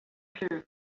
clue